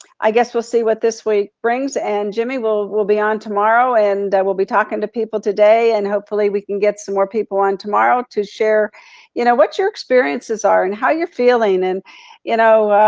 i guess we'll see what this week brings, and jimmy we'll be on tomorrow and i will be talking to people today, and hopefully we can get some more people on tomorrow to share you know, what your experiences are and how you're feeling and you know,